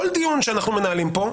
כל דיון שאנחנו מנהלים פה,